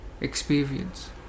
experience